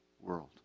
world